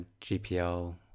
GPL